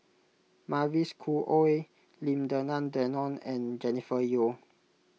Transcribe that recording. Mavis Khoo Oei Lim Denan Denon and Jennifer Yeo